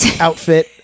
outfit